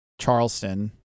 Charleston